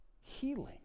healing